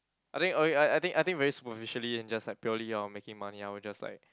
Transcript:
I think okay ya I think I think superficially and just like purely out of making money I will just like